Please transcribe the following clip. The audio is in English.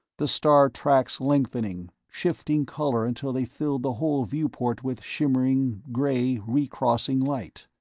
the star-tracks lengthening, shifting color until they filled the whole viewport with shimmering, gray, recrossing light.